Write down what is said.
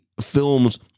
films